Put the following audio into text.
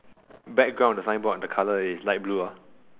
background of the signboard the colour is light blue